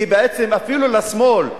כי בעצם אפילו לשמאל,